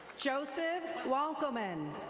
joseph wonkleman.